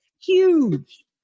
huge